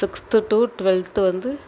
sixth to twelfth வந்து